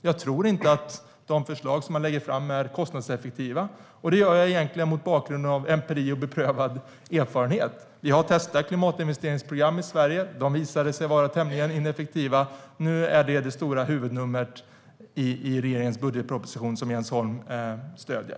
Jag tror inte att de förslag som läggs fram är kostnadseffektiva. Det är mot bakgrund av empiri och beprövad erfarenhet som jag säger det. Vi har testat klimatinvesteringsprogram i Sverige. De visade sig vara tämligen ineffektiva. Nu är de det stora huvudnumret i regeringens budgetproposition, som Jens Holm stöder.